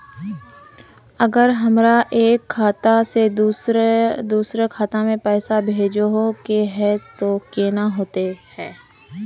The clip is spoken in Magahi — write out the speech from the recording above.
अगर हमरा एक खाता से दोसर खाता में पैसा भेजोहो के है तो केना होते है?